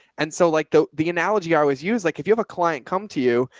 and so like the the analogy i always use, like if you have a client come to you,